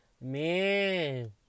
Man